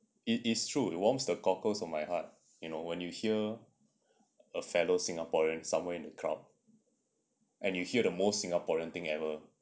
it is true warms the cockles of my heart when you know when you hear a fellow singaporean somewhere in the crowd and you hear the most singaporean thing ever